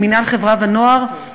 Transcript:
למינהל חברה ונוער,